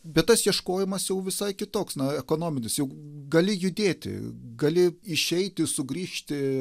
bet tas ieškojimas jau visai kitoks na ekonominis jau gali judėti gali išeiti sugrįžti